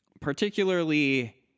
particularly